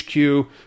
hq